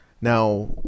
now